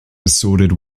sordid